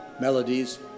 melodies